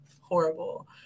horrible